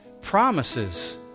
promises